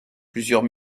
plusieurs